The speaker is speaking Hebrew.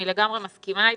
אני לגמרי מסכימה אתך.